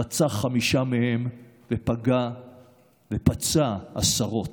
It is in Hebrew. רצח חמישה מהם ופצע עשרות.